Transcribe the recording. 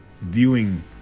viewing